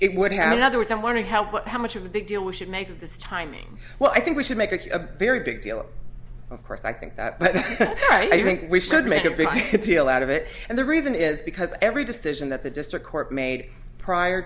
it would have another we don't want to help but how much of a big deal we should make of this timing well i think we should make a very big deal of course i think that but i think we should make a big deal out of it and the reason is because every decision that the district court made prior